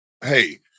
Hey